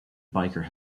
biker